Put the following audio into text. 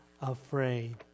afraid